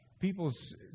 People's